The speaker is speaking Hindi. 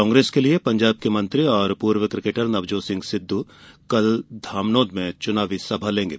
कांग्रेस के लिए पंजाब मंत्री और पूर्व किकेटर नवजोत सिंह सिद्ध कल धामनोद में चुनावी सभा लेंगे